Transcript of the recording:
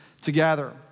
together